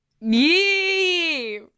yee